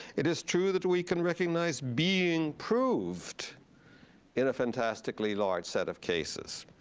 it is true that we can recognize being proved in a fantastically large set of cases.